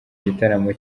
igitaramo